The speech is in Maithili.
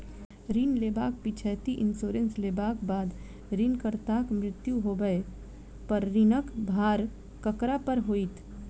ऋण लेबाक पिछैती इन्सुरेंस लेबाक बाद ऋणकर्ताक मृत्यु होबय पर ऋणक भार ककरा पर होइत?